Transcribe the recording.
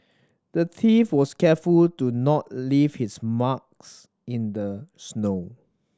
the thief was careful to not leave his marks in the snow